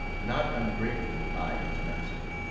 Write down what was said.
not ungratefully eyed his master.